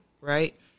right